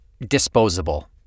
disposable